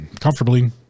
comfortably